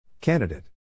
Candidate